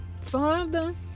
Father